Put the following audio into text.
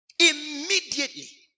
Immediately